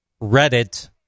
Reddit